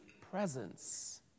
presence